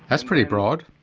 that's pretty broad.